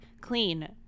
clean